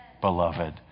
beloved